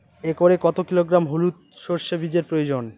একরে কত কিলোগ্রাম হলুদ সরষে বীজের প্রয়োজন?